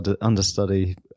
understudy